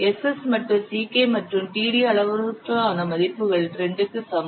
Ss மற்றும் Ck மற்றும் td அளவுருக்களுக்கான மதிப்புகள் 2 க்கு சமம்